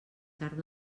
carn